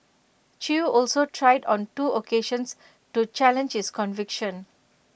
chew also tried on two occasions to challenge his conviction